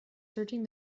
searching